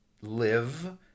live